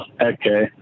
okay